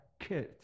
killed